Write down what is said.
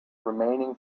remaining